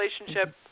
relationship